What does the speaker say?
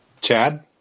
Chad